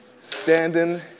standing